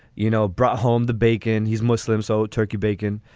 you know, brought home the bacon. he's muslim, so turkey bacon.